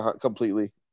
completely